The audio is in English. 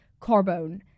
Carbone